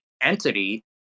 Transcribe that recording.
entity